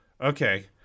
okay